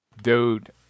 Dude